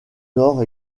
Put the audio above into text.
nord